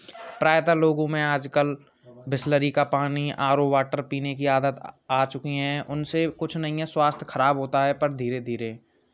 प्रायतः लोगों में आज कल बिसलेरी का पानी आर ओ वाटर पीने की आदत आ चुकी हैं उनसे कुछ नहीं है स्वास्थ्य खराब होता है पर धीरे धीरे